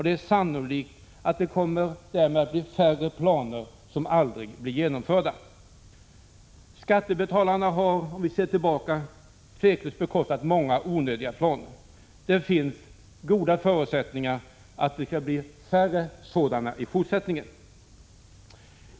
Det är sannolikt att det därmed kommer att bli färre planer som aldrig blir genomförda. Skattebetalarna har, om vi ser tillbaka, säkert bekostat många onödiga planer. Det finns goda förutsättningar för att sådana planer blir färre i fortsättningen.